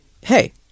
Hey